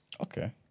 Okay